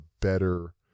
better